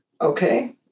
Okay